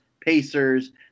Pacers